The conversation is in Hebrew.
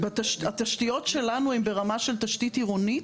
התשתיות שלנו הן ברמה של תשתית עירונית